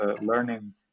learning